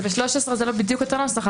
ב-13 זה לא בדיוק אותו נוסח,